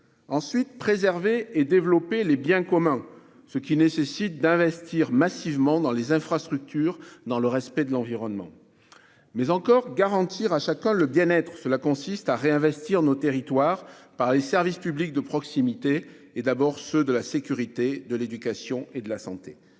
de préserver et de développer les biens communs, ce qui nécessite d'investir massivement dans les infrastructures, dans le respect de l'environnement. Troisièmement, il faut garantir à chacun le bien-être : cela consiste à réinvestir nos territoires par les services publics de proximité et, d'abord, ceux de la sécurité, de l'éducation et de la santé.